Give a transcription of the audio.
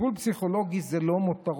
טיפול פסיכולוגי זה לא מותרות,